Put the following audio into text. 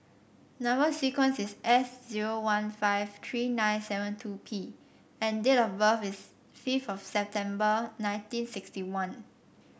number sequence is S zero one five three nine seven two P and date of birth is fifth of September nineteen sixty one